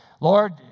Lord